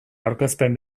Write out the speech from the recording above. aurkezpen